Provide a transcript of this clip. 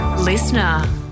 Listener